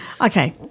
Okay